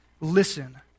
listen